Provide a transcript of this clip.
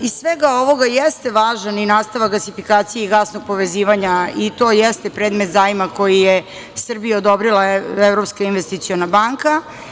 Iz svega ovoga jeste važan i nastavak gasifikacije i gasnog povezivanja i to jeste predmet zajma koji je Srbiji odobrila Svetska investiciona banka.